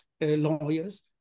lawyers